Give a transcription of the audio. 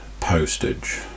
postage